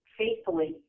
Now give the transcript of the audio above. faithfully